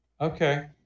Okay